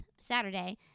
Saturday